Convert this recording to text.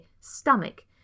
stomach